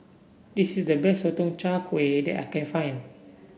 this is the best Sotong Char Kway that I can find